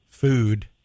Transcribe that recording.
food